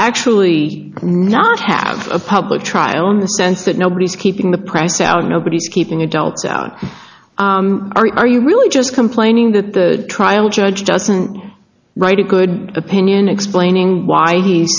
actually not have a public trial in the sense that nobody's keeping the press out nobody's keeping adults out are you really just complaining that the trial judge doesn't write a good opinion explaining why he